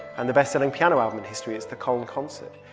and the best-selling piano album in history is the koln concert.